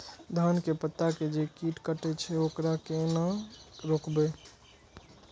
धान के पत्ता के जे कीट कटे छे वकरा केना रोकबे?